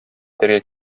итәргә